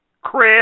Chris